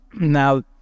Now